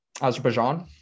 Azerbaijan